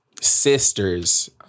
Sisters